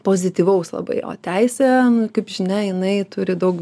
pozityvaus labai o teisė kaip žinia jinai turi daug